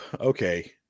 okay